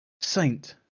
Saint